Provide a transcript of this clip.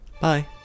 Bye